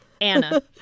Anna